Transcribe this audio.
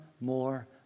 more